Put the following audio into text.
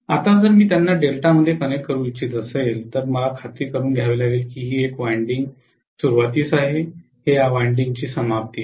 आता जर मी त्यांना डेल्टामध्ये कनेक्ट करू इच्छित असाल तर मला खात्री करुन घ्यावी लागेल की ही एक वायंडिंग सुरूवातीस आहे हे या वायंडिंगची समाप्ती आहे